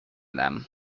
them